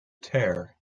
tear